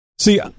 See